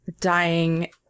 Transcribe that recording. dying